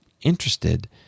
interested